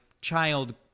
child